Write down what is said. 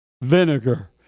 Vinegar